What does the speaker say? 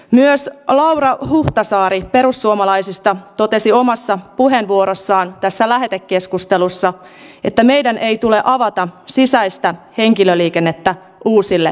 myös laura huhtasaari perussuomalaisista totesi omassa puheenvuorossaan tässä lähetekeskustelussa että meidän ei tule avata sisäistä henkilöliikennettä uusille toimijoille